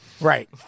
Right